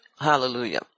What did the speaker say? Hallelujah